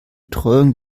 betreuung